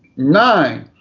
nine,